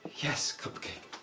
yes, cupcake?